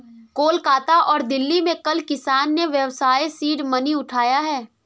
कोलकाता और दिल्ली में कल किसान ने व्यवसाय सीड मनी उठाया है